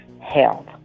health